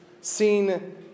seen